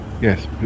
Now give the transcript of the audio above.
yes